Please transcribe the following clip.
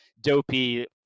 dopey